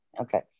okay